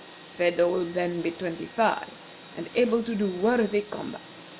phedo will then be twenty-five, and able to do worthy combat.